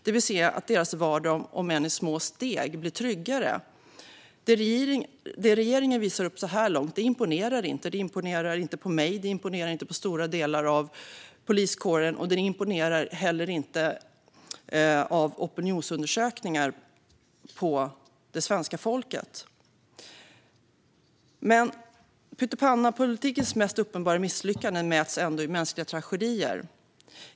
De vill se att deras vardag blir tryggare, om än i små steg. Det regeringen visar upp så här långt imponerar inte - det imponerar inte på mig och det imponerar inte på stora delar av poliskåren. Det imponerar heller inte, av opinionsundersökningar att döma, på svenska folket. Pyttipannapolitikens mest uppenbara misslyckande mäts dock i mänskliga tragedier.